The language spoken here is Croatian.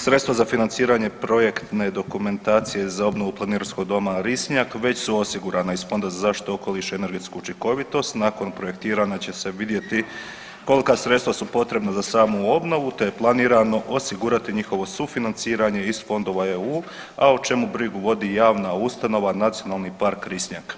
Sredstva za financiranje projektne dokumentacije za obnovu planinarskog doma Risnjak već su osigurana iz Fonda za zaštitu okoliša i energetsku učinkovitost, nakon projektiranja će se vidjeti kolika su sredstva su potrebna za samu obnovu te je planirano osigurati njihovo sufinanciranje iz fondova EU, a od čega je javna ustanova Nacionalni park Risnjak.